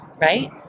right